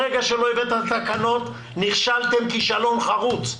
ברגע שלא הבאתם תקנות נכשלתם כישלון חרוץ.